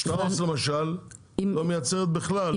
שטראוס למשל לא מייצרת בכלל.